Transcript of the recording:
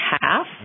half